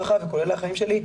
וכולל האחאים שלי,